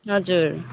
हजुर